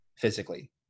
physically